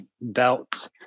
belt